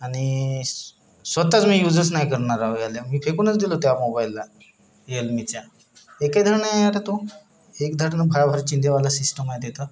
आणि स स्वतःच मी यूजच नाही करणार मी फेकूनच दिलो त्या मोबाइलला रिअलमीच्या एकही धड नाही एक धड नं भारंभार चिंधेवाला सिस्टम आहे तिथं